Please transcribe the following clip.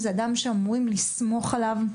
זה אדם שהם אמורים לסמוך עליו,